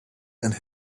and